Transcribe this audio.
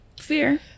Fear